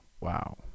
Wow